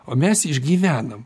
o mes išgyvenam